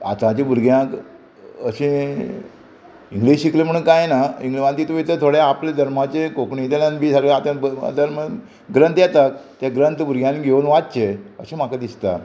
आतांच्या भुरग्यांक अशें इंग्लीश शिकलें म्हणून कांय ना तितूं भितर थोडें आपले धर्माचें कोंकणींतल्यान बी सगळें आतां धर्म ग्रंथ येता ते ग्रंथ भुरग्यांक घेवन वाच्चे अशें म्हाका दिसता